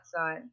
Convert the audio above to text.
outside